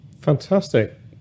Fantastic